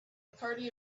party